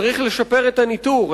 צריך לשפר את הניטור.